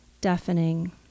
deafening